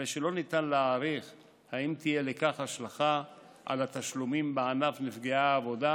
הרי שלא ניתן להעריך אם תהיה לכך השלכה על התשלומים בענף נפגעי העבודה,